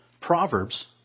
Proverbs